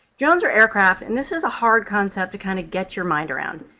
drones are aircraft, and this is a hard concept to kind of get your mind around.